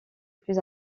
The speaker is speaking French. plus